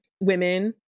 women